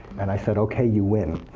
and i said, ok, you win.